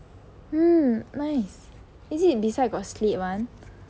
mm nice is it beside got slit [one]